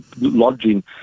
lodging